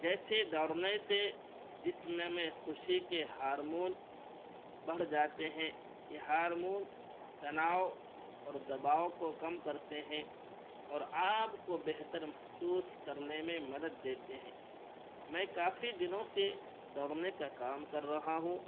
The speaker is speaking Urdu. جیسے دوڑنے سے جسم میں خوشی کے ہارمون بڑھ جاتے ہیں یہ ہارمون تناؤ اور دباؤ کو کم کرتے ہیں اور آپ کو بہتر محسوس کرنے میں مدد دیتے ہیں میں کافی دنوں سے دوڑنے کا کام کر رہا ہوں